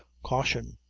caution!